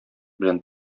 белән